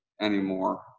anymore